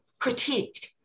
critiqued